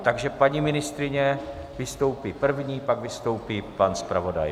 Takže paní ministryně vystoupí první, pak vystoupí pan zpravodaj.